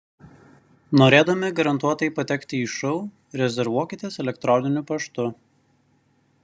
norėdami garantuotai patekti į šou rezervuokitės elektroniniu paštu